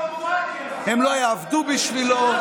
הם לא יעבדו בשבילו,